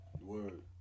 Word